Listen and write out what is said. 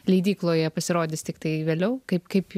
leidykloje pasirodys tiktai vėliau kaip kaip